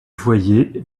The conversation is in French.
voyait